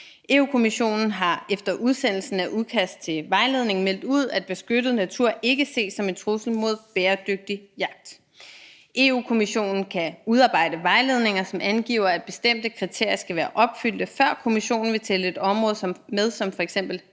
Europa-Kommissionen har efter udsendelsen af udkast til vejledning meldt ud, at beskyttet natur ikke ses som en trussel mod bæredygtig jagt. Europa-Kommissionen kan udarbejde vejledninger, som angiver, at bestemte kriterier skal være opfyldt, før Kommissionen vil tælle et område med som f.eks.